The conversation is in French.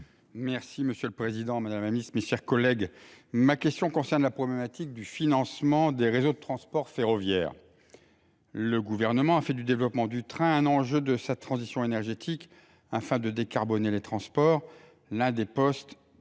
territoires, chargé des transports. Ma question concerne la problématique du financement des réseaux de transport ferroviaire. Le Gouvernement a fait du développement du train un enjeu de sa transition énergétique, afin de décarboner les transports, l’un des postes